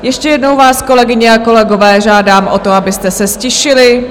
Ještě jednou vás, kolegyně a kolegové, žádám o to, abyste se ztišili.